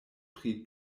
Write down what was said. pri